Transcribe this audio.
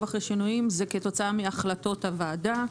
אחרי שינויים זה כתוצאה מהחלטות הוועדה.